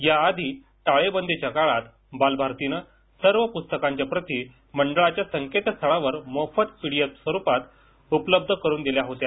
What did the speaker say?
या आधी टाळेबंदीच्या काळात बालभारतीने सर्व पुस्तकंच्या प्रती मंडळाच्या संकेतस्थळावर मोफत पीडीएफ स्वरूपात उपलब्ध करून दिल्या होत्या